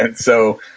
and so,